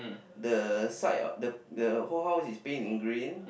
the slide the whole house is been in green